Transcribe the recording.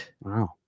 Wow